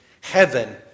heaven